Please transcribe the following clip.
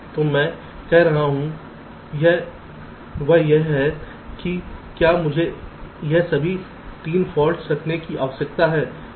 तो मैं जो कह रहा हूं वह यह है कि क्या मुझे यह सभी ३ फॉल्ट्स रखने की आवश्यकता है